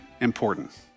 important